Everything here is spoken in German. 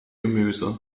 gemüse